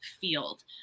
field